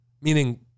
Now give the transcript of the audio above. Meaning